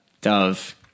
dove